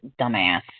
dumbass